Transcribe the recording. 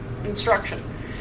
Instruction